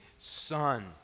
son